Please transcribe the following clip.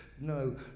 no